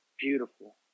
beautiful